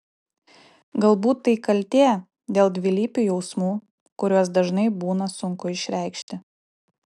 galbūt tai kaltė dėl dvilypių jausmų kuriuos dažnai būna sunku išreikšti